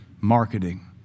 marketing